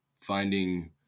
finding